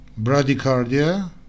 Bradycardia